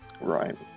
right